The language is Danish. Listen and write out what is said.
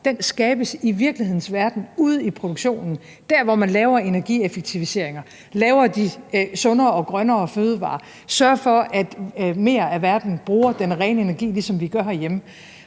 Den skabes i virkelighedens verden ude i produktionen, dér, hvor man laver energieffektiviseringer, producerer de sundere og grønnere fødevarer, sørger for, at mere af verden bruger den rene energi, ligesom vi gør.